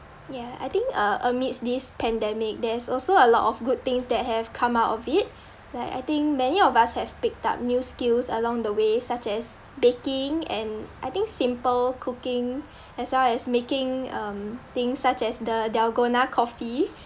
yeah I think uh amidst this pandemic there's also a lot of good things that have come out of it like I think many of us have picked up new skills along the way such as baking and I think simple cooking as well as making things um such as the dalgona coffee